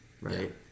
right